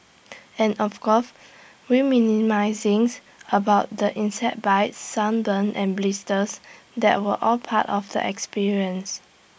and of course about the insect bites sunburn and blisters that were all part of the experience